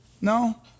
No